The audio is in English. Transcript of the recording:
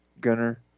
Gunner